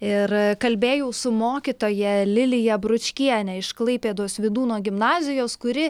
ir kalbėjau su mokytoja lilija bručkienė iš klaipėdos vydūno gimnazijos kuri